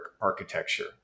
architecture